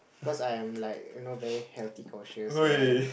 cause I'm like you know very healthy conscious and